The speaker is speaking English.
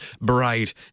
bright